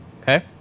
Okay